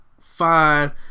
five